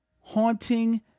haunting